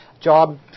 Job